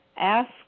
ask